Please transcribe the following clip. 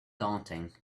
daunting